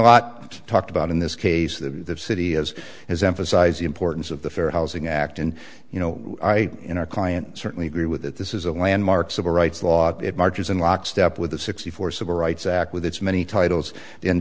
lot talked about in this case the city has has emphasized the importance of the fair housing act and you know i in our client certainly agree with that this is a landmark civil rights law it marches in lockstep with the sixty four civil rights act with its many titles